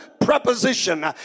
preposition